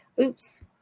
Oops